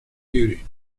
beauty